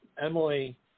Emily